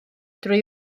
drwy